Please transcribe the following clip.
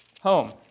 home